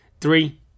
Three